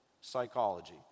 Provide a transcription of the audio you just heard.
psychology